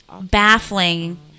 baffling